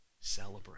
celebrate